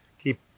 Keep